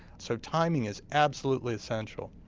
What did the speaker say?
so timing is absolutely essential.